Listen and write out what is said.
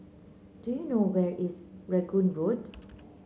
do you know where is Rangoon Road